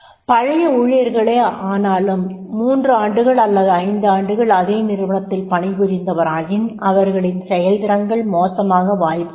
பழைய ஊழியர்களே ஆனாலும் 3 ஆண்டுகள் அல்லது 5 ஆண்டுகள் அதே நிறுவனத்தில் பணிபுரிந்தவராயின் அவர்களின் செயல்திறன் மோசமாக வாய்ப்பு உள்ளது